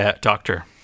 doctor